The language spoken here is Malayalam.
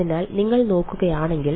അതിനാൽ നിങ്ങൾ നോക്കുകയാണെങ്കിൽ